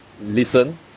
listen